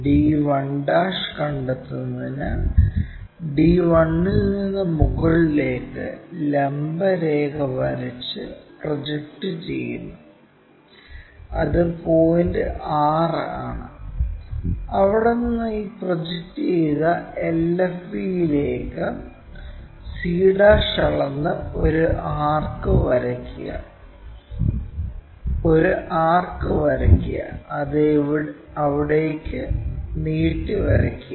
d1 കണ്ടെത്തുന്നതിനു d 1 ൽ നിന്ന് മുകളിലേക്ക് ലംബ രേഖ വരച്ച് പ്രൊജക്റ്റ് ചെയ്തു അത് പോയിന്റ് 6 ആണ് അവിടെ നിന്ന് ഈ പ്രൊജക്റ്റ് ചെയ്ത LFVയിലേക്ക് c അളന്ന് ഒരു ആർക്ക് വരയ്ക്കുക ഒരു ആർക്ക് വരയ്ക്കുക അത് അവിടേയ്ക്ക് നീട്ടി വരയ്ക്കുക